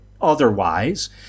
otherwise